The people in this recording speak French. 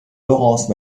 laurence